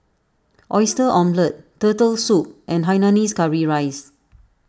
Oyster Omelette Turtle Soup and Hainanese Curry Rice